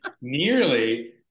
Nearly